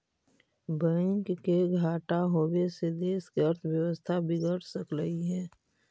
bank के घाटा होबे से देश के अर्थव्यवस्था बिगड़ सकलई हे